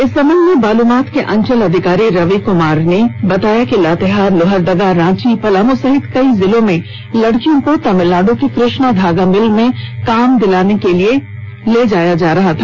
इस संबंध में बालूमाथ के अंचलाधिकारी रवि कुमार ने बताया कि लातेहार लोहरदगा रांची पलामू सहित कई जिलों से लड़कियों को तमिलनाडु के कृष्णा धागा मिल में काम दिलाने के नाम पर ले जाया जा रहा था